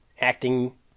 acting